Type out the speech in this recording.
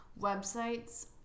websites